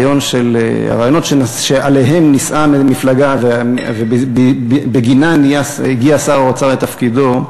הרעיונות שעליהן נישאה המפלגה ובגינן הגיע שר האוצר לתפקידו,